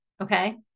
Okay